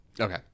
Okay